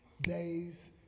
days